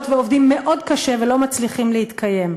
ועובדים מאוד קשה ולא מצליחים להתקיים.